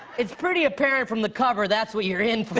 it's pretty apparent from the cover that's what you're in for.